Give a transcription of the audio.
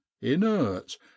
inert